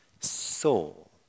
soul